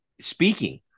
Speaking